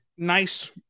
Nice